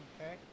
Okay